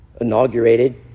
inaugurated